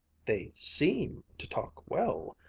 they seem to talk well,